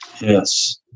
yes